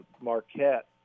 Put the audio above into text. Marquette